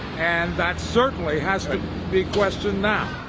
and that certainly has a big question now.